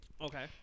Okay